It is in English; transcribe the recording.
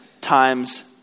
times